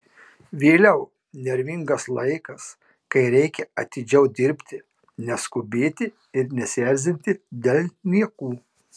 vėliau nervingas laikas kai reikia atidžiau dirbti neskubėti ir nesierzinti dėl niekų